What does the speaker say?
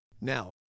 Now